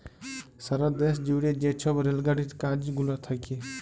সারা দ্যাশ জুইড়ে যে ছব রেল গাড়ির কাজ গুলা থ্যাকে